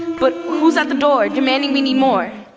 but who's at the door demanding we need more?